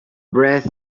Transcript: breath